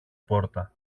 πόρτα